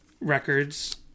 records